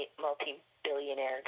multi-billionaire